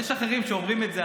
יש אחרים שאומרים את זה,